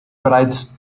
bereits